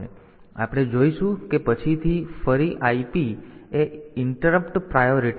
તેથી આપણે જોઈશું કે પછીથી ફરી IP એ ઇન્ટરપ્ટ પ્રાયોરિટી છે